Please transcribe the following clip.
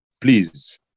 please